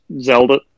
Zelda